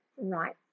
right